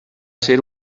ser